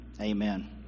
amen